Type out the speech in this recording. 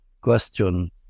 question